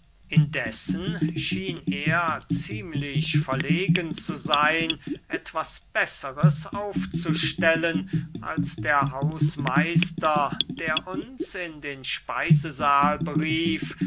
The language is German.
indessen schien er ziemlich verlegen zu seyn etwas besseres aufzustellen als der hausmeister der uns in den speisesahl berief